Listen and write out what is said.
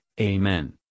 Amen